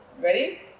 Ready